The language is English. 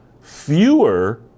fewer